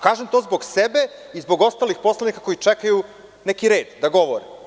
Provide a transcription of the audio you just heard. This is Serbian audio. Kažem to zbog sebe i zbog ostalih poslanika koji čekaju neki red da govore.